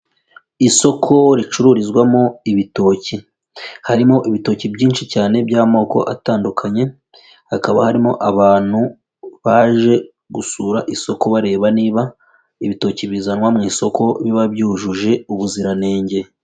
Isoko ricururizwamo ibitoki, harimo ibitoki byinshi cyane by'amoko atandukanye; hakaba harimo abantu baje gusura isoko bareba niba ibitoki bizanwa mu isoko biba byujuje ubuziranenge.